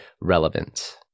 relevant